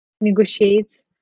negotiates